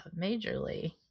majorly